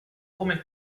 come